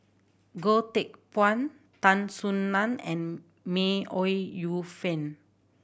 Goh Teck Phuan Tan Soo Nan and May Ooi Yu Fen